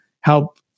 help